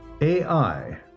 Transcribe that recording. AI